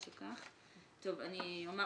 אז אני אקרא